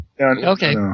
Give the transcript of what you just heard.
Okay